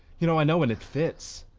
you know, i know when it fits.